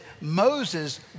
Moses